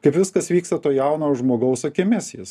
kaip viskas vyksta to jauno žmogaus akimis jisai